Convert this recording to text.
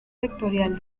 vectorial